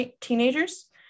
teenagers